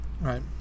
Right